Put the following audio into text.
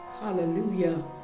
Hallelujah